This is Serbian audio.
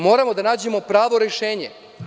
Moramo da nađemo pravo rešenje.